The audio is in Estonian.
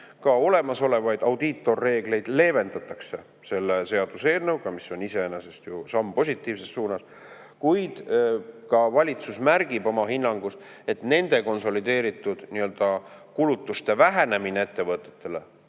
ka olemasolevaid audiitorreegleid leevendatakse selle seaduseelnõuga, mis on iseenesest ju samm positiivses suunas, kuid ka valitsus märgib oma hinnangus, et nende konsolideeritud kulutuste vähenemine ettevõtetele,